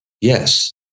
yes